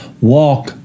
walk